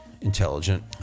intelligent